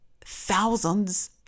thousands